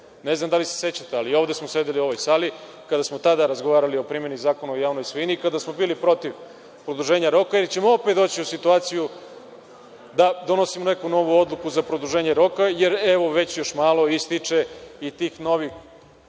Ne znam da li se sećate, ali, ovde smo sedeli, u ovoj sali, kada smo tada razgovarali o primeni Zakona o javnoj svojini i kada smo bili protiv produženja roka, jer ćemo opet doći u situaciju da donosimo neku novu odluku za produženje roka jer, evo, već, još malo, ističe i tih novih